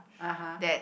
(uh huh)